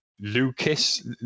Lucas